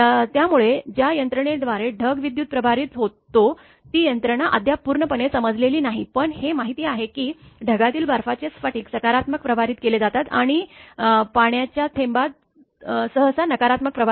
त्यामुळे ज्या यंत्रणेद्वारे ढग विद्युतप्रभारित होतो ती यंत्रणा अद्याप पूर्णपणे समजलेली नाही पण हे माहीत आहे की ढगातील बर्फाचे स्फटिक सकारात्मक प्रभारित केले जातात आणि पाण्याच्या थेंबात सहसा नकारात्मक प्रभार असतो